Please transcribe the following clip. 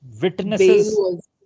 Witnesses